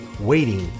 waiting